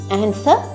answer